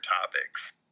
topics